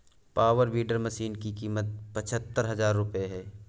power weeder machine की कीमत पचहत्तर हजार रूपये है